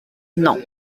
non